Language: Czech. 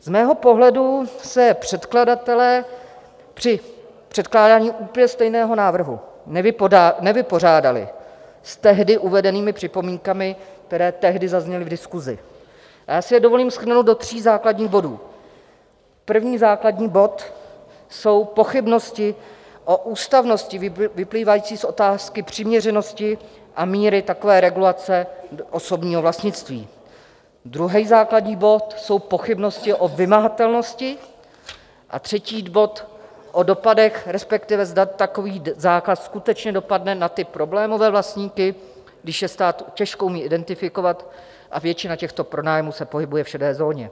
Z mého pohledu se předkladatelé při předkládání úplně stejného návrhu nevypořádali s tehdy uvedenými připomínkami, které tehdy zazněly v diskusi, A já si je dovolím shrnout do tří základních bodů: první základní bod jsou pochybnosti o ústavnosti vyplývající z otázky přiměřenosti a míry takové regulace osobního vlastnictví, druhý základní bod jsou pochybnosti o vymahatelnosti a třetí bod o dopadech, respektive zda takový základ skutečně dopadne na problémové vlastníky, když je stát těžko umí identifikovat a většina těchto pronájmů se pohybuje v šedé zóně.